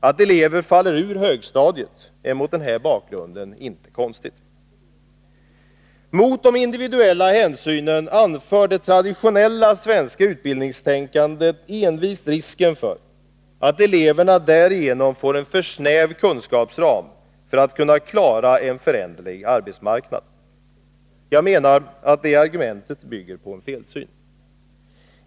Att elever faller ur högstadiet är mot den här bakgrunden inte konstigt. Mot de individuella hänsynen anför det traditionella svenska utbildningstänkandet envist risken att eleverna därigenom får en för snäv kunskapsram för att kunna klara en föränderlig arbetsmarknad. Jag menar att detta argument bygger på en felsyn.